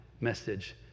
message